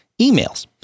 emails